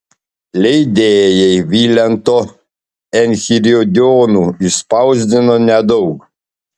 leidėjai vilento enchiridionų išspausdino nedaug